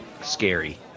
scary